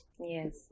Yes